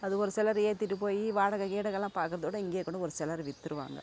அது ஒரு சிலர் ஏத்திகிட்டு போய் வாடகை கீடகைலாம் பார்க்கறதோட இங்கேக்கூடும் ஒரு சிலர் வித்துடுவாங்க